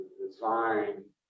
design